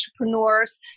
entrepreneurs